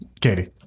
Katie